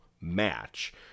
match